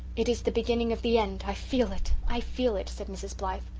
it is the beginning of the end i feel it i feel it, said mrs. blythe.